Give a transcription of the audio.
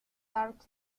dark